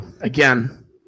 again